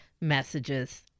messages